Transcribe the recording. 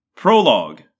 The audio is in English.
Prologue